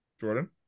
Jordan